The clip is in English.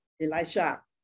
elisha